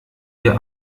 dir